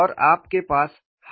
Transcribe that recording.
और आपके पास हायर ऑर्डर टर्म्स है